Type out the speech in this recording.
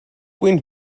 went